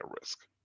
risk